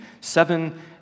Seven